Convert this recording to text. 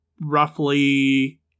roughly